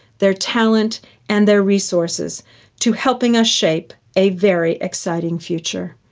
their talent and their resources to helping us shape a very exciting future.